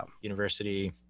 university